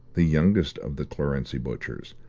the youngest of the clarency butchers,